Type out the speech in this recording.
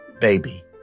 baby